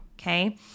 okay